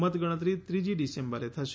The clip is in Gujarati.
મતગણતરી ત્રીજી ડિસેમ્બરે થશે